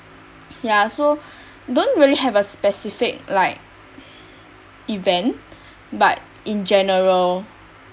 ya so don't really have a specific like event but in general